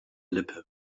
lippe